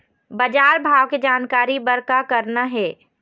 बजार भाव के जानकारी बर का करना हे?